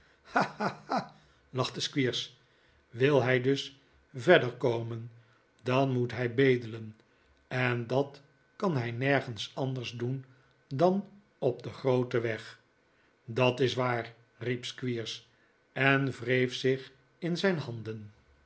lachte squeers wil hij dus verder komen dan moet hij bedelen en dat kan hij nergens anders doen dan op den grooten weg dat is waar riep squeers en wreef zich in zijn handen